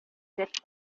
dick